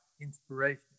inspiration